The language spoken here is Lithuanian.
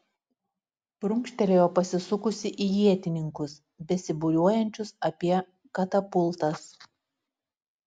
prunkštelėjo pasisukusi į ietininkus besibūriuojančius apie katapultas